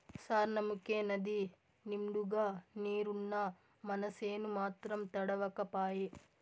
సార్నముకే నదినిండుగా నీరున్నా మనసేను మాత్రం తడవక పాయే